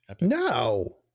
No